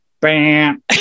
Bam